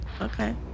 Okay